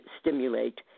stimulate